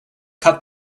cut